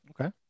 Okay